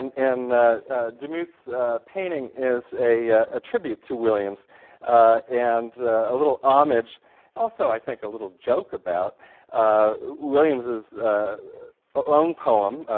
and and demuth's painting is a a tribute to williams and a little homage also, i think, a little joke about williams's own poem,